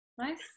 Nice